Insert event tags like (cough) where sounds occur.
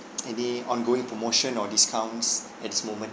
(noise) any ongoing promotion or discounts at this moment